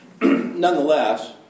Nonetheless